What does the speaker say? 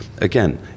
Again